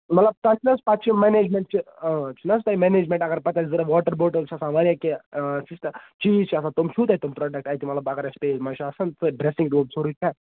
مطلب پَتہٕ نہ حظ پَتہٕ چھُ مینیجمینٹ چھُ چھُ نہ حظ تۄہہِ مینیجمینٹ اَگر پَتہٕ اَسہِ ضوٚرتھ واٹر بوٹل چھےٚ آسان واریاہ کیٚنہہ سِسٹر چیٖز چھِ آسان تِم چھِو تۄہہِ تِم پروڈَکٹ اَتہِ مطلب اَگر اَسہِ پیٚیہِ منٛز چھِ آسان ڈریسِنگ روٗم سورُے چھا